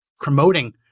promoting